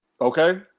Okay